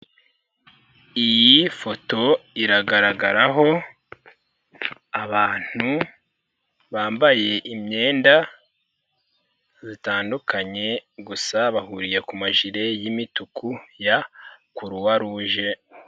Iyi foto iragaragaraho abantu bambaye imyenda zitandukanye gusa bahuriye ku majire y'imituku ya kuruwaruje.